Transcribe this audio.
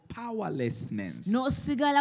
powerlessness